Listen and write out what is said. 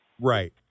Right